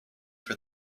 for